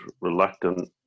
reluctant